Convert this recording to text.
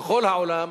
בכל העולם,